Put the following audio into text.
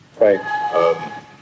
Right